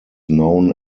known